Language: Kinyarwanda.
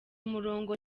umurongo